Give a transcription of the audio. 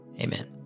Amen